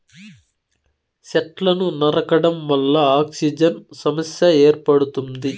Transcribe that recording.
సెట్లను నరకడం వల్ల ఆక్సిజన్ సమస్య ఏర్పడుతుంది